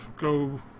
go